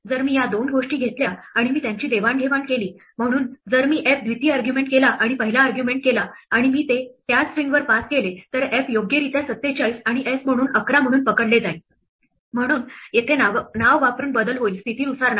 जर मी या दोन गोष्टी घेतल्या आणि मी त्यांची देवाणघेवाण केली म्हणून जर मी f द्वितीय आर्ग्युमेंट केला आणि पहिला आर्ग्युमेंट केला आणि मी ते त्याच स्ट्रिंगवर पास केले तर f योग्यरित्या 47 आणि s म्हणून 11 म्हणून पकडले जाईल म्हणून येथे नाव वापरून बदल होईल स्थितीनुसार नाही